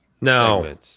No